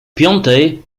piątej